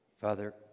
Father